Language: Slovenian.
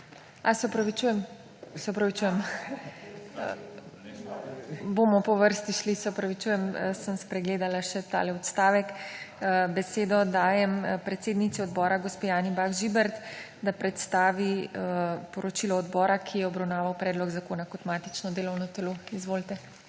A, se opravičujem, bomo šli po vrsti, se opravičujem, sem spregledala tale odstavek. Besedo dajem predsednici odbora, gospe Anji Bah Žibert, da predstavi poročilo odbora, ki je obravnaval predlog zakona kot matično delovno telo. Izvolite.